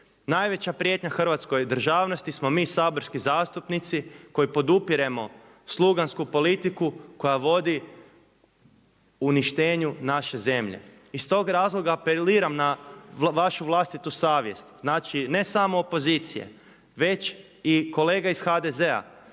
Najveća prijetnja hrvatskoj državnosti smo mi saborski zastupnici koji podupiremo slugansku politiku koja vodi uništenju naše zemlje. Iz tog razloga apeliram na vašu vlastitu savjest. Znači, ne samo opozicije već i kolega iz HDZ-a